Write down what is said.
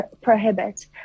prohibit